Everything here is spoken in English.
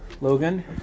Logan